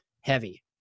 heavy